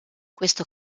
questo